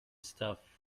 stuff